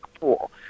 pool